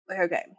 okay